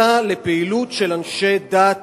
אלא לפעילות של אנשי דת